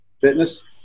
fitness